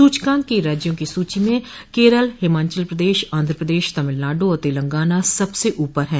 सूचकांक की राज्यों की सूची में केरल हिमाचल प्रदेश आंध्र प्रदेश तमिलनाडु और तेलंगाना सबसे ऊपर हैं